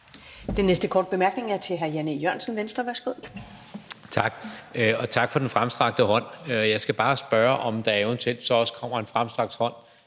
Den næste korte bemærkning er til hr. Jan E. Jørgensen, Venstre. Værsgo. Kl. 14:54 Jan E. Jørgensen (V): Tak, og tak for den fremstrakte hånd. Jeg skal bare spørge, om der så eventuelt også kommer en fremstrakt hånd